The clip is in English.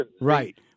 Right